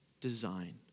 design